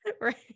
Right